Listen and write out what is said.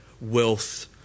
wealth